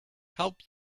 help